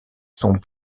sont